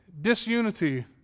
disunity